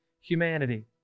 humanity